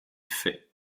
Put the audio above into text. fait